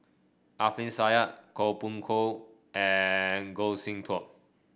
Alfian Sa'at Koh Poh Koon and Goh Sin Tub